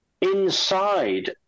inside